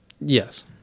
Yes